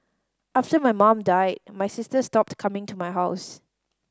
after my mum died my sister stopped coming to my house